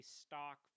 stock